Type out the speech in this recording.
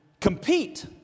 compete